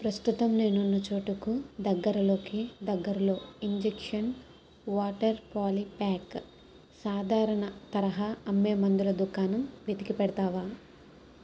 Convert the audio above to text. ప్రస్తుతం నేనున్న చోటుకు దగ్గరలోకి దగ్గరలో ఇంజెక్షన్ వాటర్ పాలిప్యాక్ సాధారణ తరహా అమ్మే మందుల దుకాణం వెతికి పెడతావా